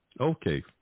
Okay